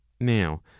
Now